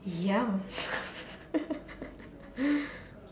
ya